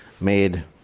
made